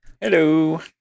Hello